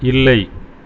இல்லை